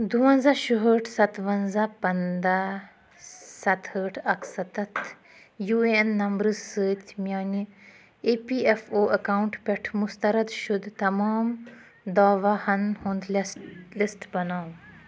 دُوَنزاہ شُہٲٹھ سَتوَنزاہ پنداہ سَتہٕ ہٲٹھ اکہٕ سَتتھ یوٗ این نمبرٕ سۭتۍ میانہِ E P F O account پٮ۪ٹھ مُسترد شُدٕ تمام دعواہن ہُنٛد لِس لسٹ بناو